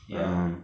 ya